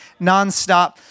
nonstop